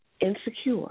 insecure